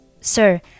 Sir